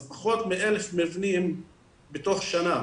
אז פחות מ- 1,000 מבנים בתוך שנה,